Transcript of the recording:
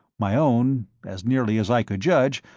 my own, as nearly as i could judge,